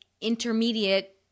intermediate